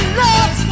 love